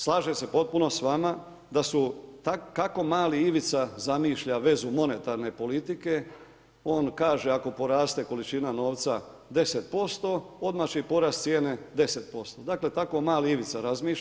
Slažem se potpuno s vama da su, kako mali Ivica zamišlja vezu monetarne politike, on kaže ako poraste količina novca 10%, odmah će i porast cijene 10%, dakle tako mali Ivica razmišlja.